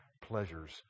pleasures